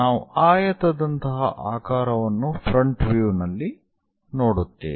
ನಾವು ಆಯತದಂತಹ ಆಕಾರವನ್ನು ಫ್ರಂಟ್ ವ್ಯೂ ನಲ್ಲಿ ನೋಡುತ್ತೇವೆ